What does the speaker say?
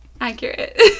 accurate